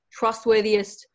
trustworthiest